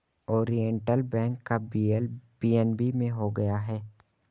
Oriental Bank का विलय PNB में हो गया है